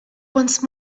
once